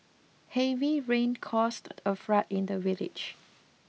heavy rain caused a flood in the village